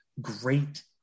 great